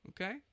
Okay